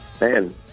man –